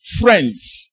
friends